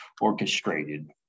orchestrated